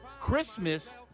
Christmas